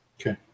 Okay